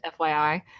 FYI